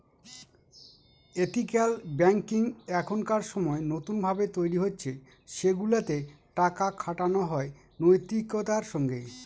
ethical banking এখনকার সময় নতুন ভাবে তৈরী হচ্ছে সেগুলাতে টাকা খাটানো হয় নৈতিকতার সঙ্গে